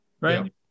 right